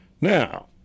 Now